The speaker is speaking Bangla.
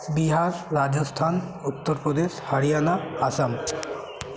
বিহার রাজস্থান উত্তরপ্রদেশ হরিয়ানা আসাম